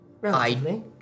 Relatively